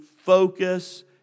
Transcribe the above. focus